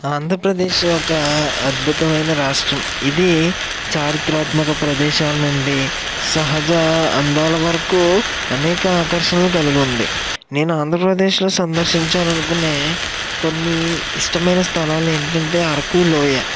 ఆంధ్రప్రదేశ్ ఒక అద్భుతమైన రాష్ట్రం ఇది చారిత్రాత్మక ప్రదేశాల నుండి సహజ అందాల వరకు అనేక ఆకర్షణలు కలిగి ఉంది నేను ఆంధ్రప్రదేశ్లో సందర్శించాలనుకునే కొన్ని ఇష్టమైన స్థలాలు ఏంటంటే అరకు లోయ